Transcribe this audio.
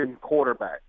quarterback